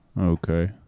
Okay